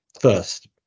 first